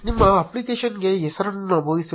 ನಿಮ್ಮ ಅಪ್ಲಿಕೇಶನ್ಗೆ ಹೆಸರನ್ನು ನಮೂದಿಸಿ